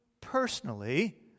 personally